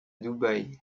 dubaï